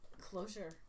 closure